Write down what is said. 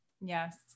Yes